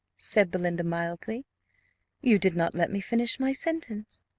said belinda, mildly you did not let me finish my sentence.